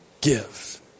give